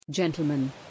Gentlemen